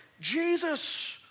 Jesus